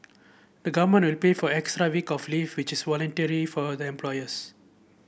the Government will pay for extra week of leave which is voluntary for the employers